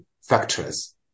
factors